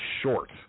short